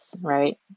right